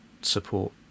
support